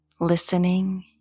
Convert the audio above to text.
listening